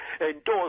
endorsed